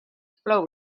flow